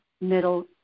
middle